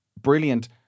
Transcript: brilliant